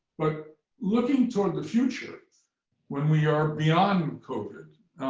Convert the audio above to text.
but looking toward the future when we are beyond covid,